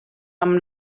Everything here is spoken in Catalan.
amb